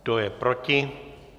Kdo je proti?